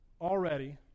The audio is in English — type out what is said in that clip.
already